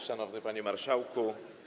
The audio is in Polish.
Szanowny Panie Marszałku!